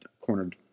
cornered